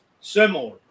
similar